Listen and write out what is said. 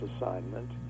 assignment